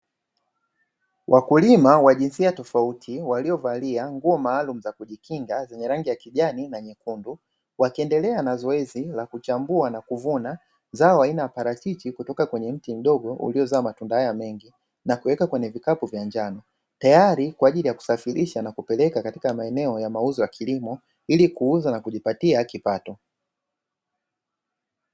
Wakulima wa jinsia tofauti, waliovalia nguo maalumu za kujikinga zenye rangi ya kijani na nyekundu, wakiendelea na zoezi la kuchambua na kuvuna zao aina ya parachichi kutoka kwenye mti mdogo uliozaa matunda haya mengi, na kuweka kwenye vikapu vya njano, tayari kwa ajili ya kusafirisha na kupeleka katika maeneo ya mauzo ya kilimo ili kuuza na kujipatia kipato.